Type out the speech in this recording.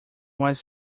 was